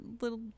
little